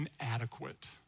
inadequate